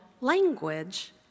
language